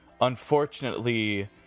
unfortunately